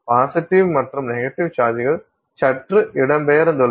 positive மற்றும் negative சார்ஜ்கள் சற்று இடம்பெயர்ந்துள்ளன